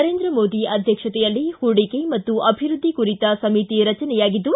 ನರೇಂದ್ರ ಮೋದಿ ಅಧ್ಯಕ್ಷತೆಯಲ್ಲಿ ಹೂಡಿಕೆ ಮತ್ತು ಅಭಿವೃದ್ದಿ ಕುರಿತ ಸಮಿತಿ ರಚನೆಯಾಗಿದ್ದು